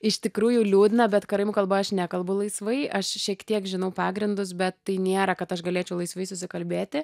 iš tikrųjų liūdna bet karaimų kalba aš nekalbu laisvai aš šiek tiek žinau pagrindus bet tai nėra kad aš galėčiau laisvai susikalbėti